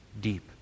Deep